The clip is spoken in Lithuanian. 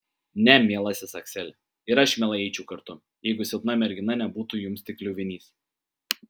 ne mielasis akseli ir aš mielai eičiau kartu jeigu silpna mergina nebūtų jums tik kliuvinys